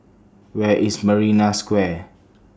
Where IS Marina Square